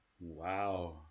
Wow